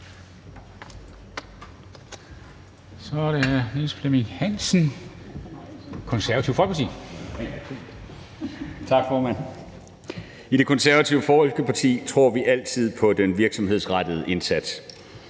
(Ordfører) Niels Flemming Hansen (KF): Tak, formand. I Det Konservative Folkeparti tror vi altid på den virksomhedsrettede indsats.